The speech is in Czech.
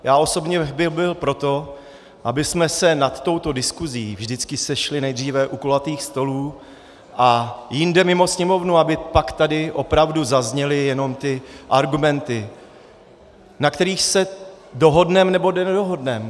Já osobně už bych byl pro to, abychom se nad touto diskusí vždycky sešli nejdříve u kulatých stolů a jinde mimo sněmovnu, aby pak tady opravdu zazněly jenom ty argumenty, na kterých se dohodneme nebo nedohodneme.